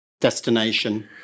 destination